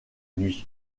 nuits